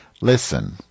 Listen